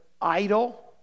idle